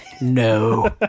no